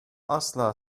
asla